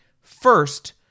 First